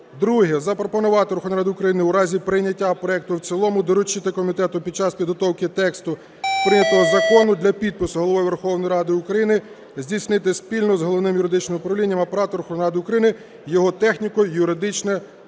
Друге. Запропонувати Верховній Раді України у разі прийняття проекту в цілому доручити комітету під час підготовки тексту прийнятого закону для підпису Головою Верховної Ради України здійснити спільно з Головним юридичним управлінням Апарату Верховної Ради України його техніко-юридичне